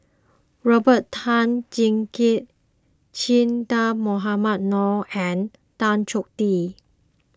Robert Tan Jee Keng Che Dah Mohamed Noor and Tan Choh Tee